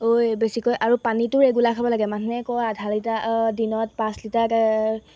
ঐ বেছিকৈ আৰু পানীটো ৰেগুলাৰ খাব লাগে মানুহে কয় আধা লিটাৰ দিনত পাঁচ লিটাৰ